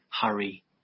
hurry